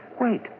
Wait